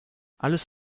alles